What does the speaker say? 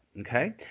okay